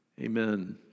Amen